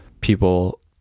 people